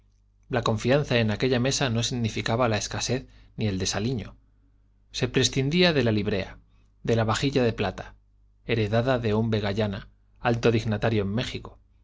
la confianza en aquella mesa no significaba la escasez ni el desaliño se prescindía de la librea de la vajilla de plata heredada de un vegallana alto dignatario en méjico